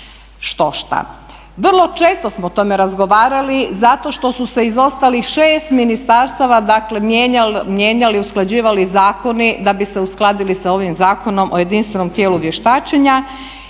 štošta. Vrlo često smo o tome razgovarali zato što su se iz ostalih šest ministarstava dakle mijenjali, usklađivali zakoni da bi se uskladili sa ovim Zakonom o jedinstvenom tijelu vještačenja